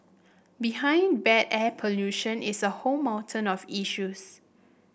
behind bad air pollution is a whole mountain of issues